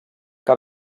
que